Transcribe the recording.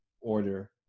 order